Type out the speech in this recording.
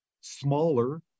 smaller